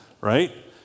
right